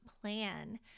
plan